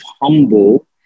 humble